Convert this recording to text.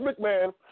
McMahon